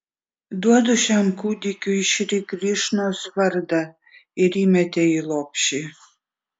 duodu šiam kūdikiui šri krišnos vardą ir įmetė į lopšį